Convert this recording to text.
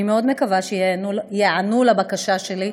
אני מאוד מקווה שייענו לבקשה שלי,